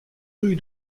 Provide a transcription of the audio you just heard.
rue